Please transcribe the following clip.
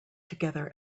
together